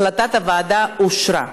החלטת הוועדה אושרה.